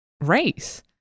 race